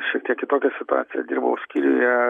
šiek tiek kitokia situacija dirbau skyriuje